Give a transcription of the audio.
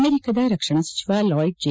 ಅಮೆರಿಕದ ರಕ್ಷಣಾ ಸಚಿವ ಲಾಯ್ಡ್ ಜೆ